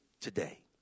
Today